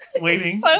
waiting